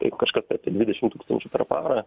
tai kažkas tai apie dvidešim tūkstančių per parą